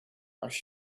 als